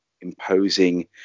imposing